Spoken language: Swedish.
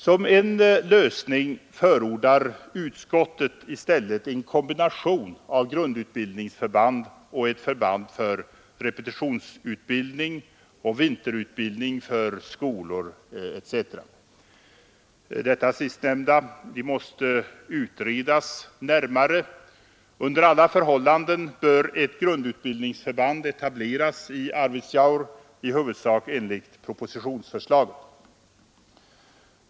Som en lösning förordar utskottet i stället en kombination till grundutbildningsförband och ett förband för repetitionsutbildning och vinterutbildning för skolor etc. Detta sistnämnda måste utredas närmare. Under alla förhållanden bör ett grundutbildningsförband etableras i Arvidsjaur i huvudsak enligt propositionsförslaget.